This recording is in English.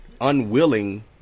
unwilling